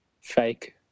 fake